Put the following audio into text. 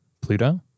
Pluto